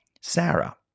Sarah